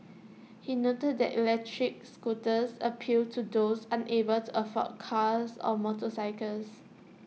he noted that electric scooters appealed to those unable to afford cars or motorcycles